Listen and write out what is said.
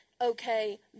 okay